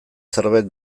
zerbait